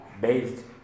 based